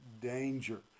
danger